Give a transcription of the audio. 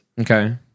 Okay